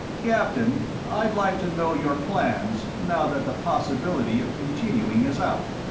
captain, i'd like to know your plans, now that the possibility of continuing is out.